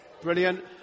brilliant